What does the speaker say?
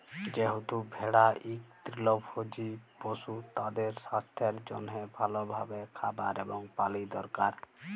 যেহেতু ভেড়া ইক তৃলভজী পশু, তাদের সাস্থের জনহে ভাল ভাবে খাবার এবং পালি দরকার